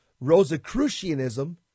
Rosicrucianism